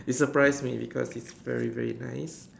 he surprised me because he's very very nice